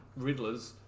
Riddlers